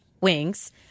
Wings